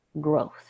growth